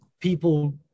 people